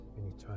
anytime